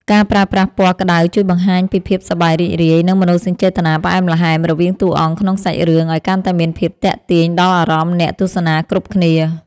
ការប្រើប្រាស់ពណ៌ក្ដៅជួយបង្ហាញពីភាពសប្បាយរីករាយ និង មនោសញ្ចេតនាផ្អែមល្ហែមរវាងតួអង្គក្នុងសាច់រឿងឱ្យកាន់តែមានភាពទាក់ទាញដល់អារម្មណ៍អ្នកទស្សនាគ្រប់គ្នា។